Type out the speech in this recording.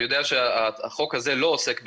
אני יודע שהחוק הזה לא עוסק בזה,